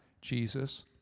Jesus